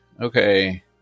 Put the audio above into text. Okay